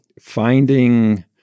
finding